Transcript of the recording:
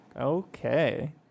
Okay